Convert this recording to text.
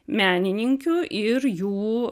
menininkių ir jų